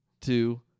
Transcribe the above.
two